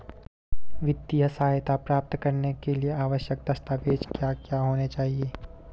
वित्तीय सहायता प्राप्त करने के लिए आवश्यक दस्तावेज क्या क्या होनी चाहिए?